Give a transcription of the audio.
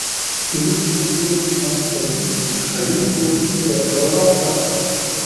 ilgu ilgu man tarybų šalin bjaurybę europą